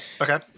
Okay